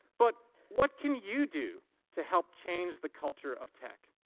but what can you do to help change the culture of tech?